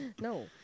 No